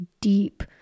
deep